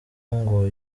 ngo